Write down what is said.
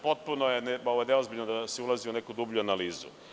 Potpuno je neozbiljno da se ulazi u neku dublju analizu.